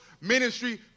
ministry